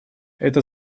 это